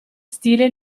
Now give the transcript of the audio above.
stile